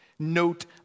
note